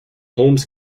holmes